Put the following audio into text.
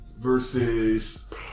versus